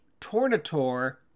Tornator